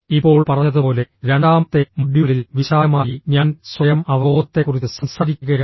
ഇപ്പോൾ പറഞ്ഞതുപോലെ രണ്ടാമത്തെ മൊഡ്യൂളിൽ വിശാലമായി ഞാൻ സ്വയം അവബോധത്തെക്കുറിച്ച് സംസാരിക്കുകയായിരുന്നു